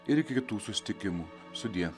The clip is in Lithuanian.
ir iki kitų susitikimų sudie